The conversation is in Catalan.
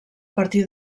partir